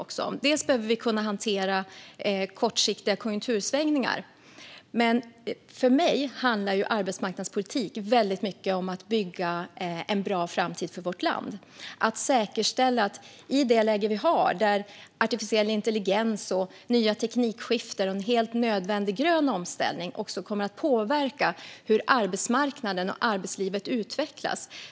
Vi behöver kunna hantera kortsiktiga konjunktursvängningar, men för mig handlar arbetsmarknadspolitik mycket om att bygga och säkerställa en bra framtid för vårt land. Vi har ett läge där artificiell intelligens, nya teknikskiften och en helt nödvändig grön omställning kommer att påverka hur arbetsmarknaden och arbetslivet utvecklas.